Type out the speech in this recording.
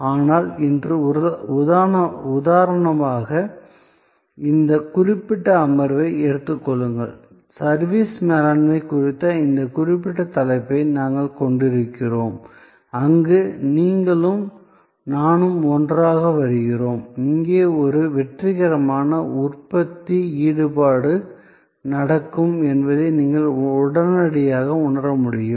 ஆனால் இன்று உதாரணமாக இந்த குறிப்பிட்ட அமர்வை எடுத்துக் கொள்ளுங்கள் சர்விஸ் மேலாண்மை குறித்த இந்த குறிப்பிட்ட தலைப்பை நாங்கள் கொண்டிருக்கிறோம் அங்கு நீங்களும் நானும் ஒன்றாக வருகிறோம் இங்கே ஒரு வெற்றிகரமான உற்பத்தி ஈடுபாடு நடக்கும் என்பதை நீங்கள் உடனடியாக உணர முடியும்